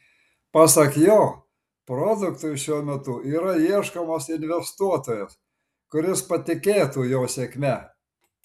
pasak jo produktui šiuo metu yra ieškomas investuotojas kuris patikėtų jo sėkme